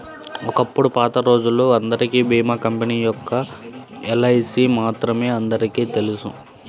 ఒకప్పుడు పాతరోజుల్లో అందరికీ భీమా కంపెనీ ఒక్క ఎల్ఐసీ మాత్రమే అందరికీ తెలుసు